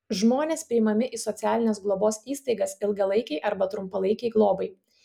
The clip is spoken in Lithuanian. žmonės priimami į socialinės globos įstaigas ilgalaikei arba trumpalaikei globai